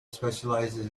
specialises